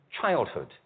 childhood